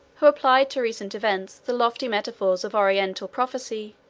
who applied to recent events the lofty metaphors of oriental prophecy,